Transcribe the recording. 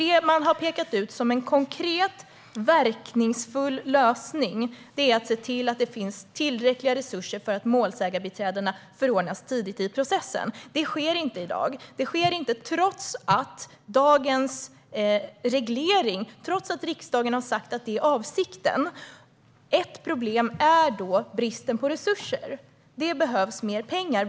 Det man har pekat ut som en konkret, verkningsfull lösning är att se till att det finns tillräckliga resurser för att målsägarbiträdena förordnas tidigt i processen. Det sker inte i dag. Det sker inte trots dagens reglering och trots att riksdagen har sagt att det är avsikten. Ett problem är bristen på resurser. Det behövs mer pengar.